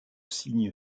signe